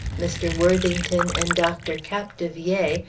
mr. worthington, and dr. capdevielle,